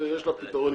אין קשר.